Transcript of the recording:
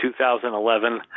2011